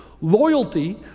loyalty